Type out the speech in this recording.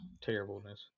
terribleness